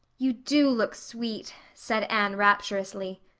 you do look sweet, said anne rapturously.